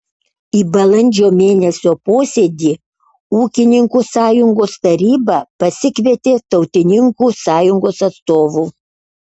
į balandžio mėnesio posėdį ūkininkų sąjungos taryba pasikvietė tautininkų sąjungos atstovų